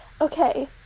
okay